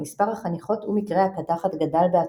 ומספר החניכות ומקרי הקדחת גדל בהתמדה.